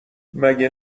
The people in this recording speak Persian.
مگه